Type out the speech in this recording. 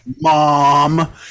mom